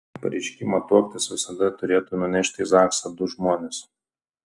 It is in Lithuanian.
pareiškimą tuoktis visada turėtų nunešti į zaksą du žmonės